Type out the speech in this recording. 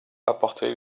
apporté